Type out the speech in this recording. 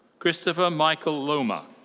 christopher michael loma.